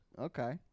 Okay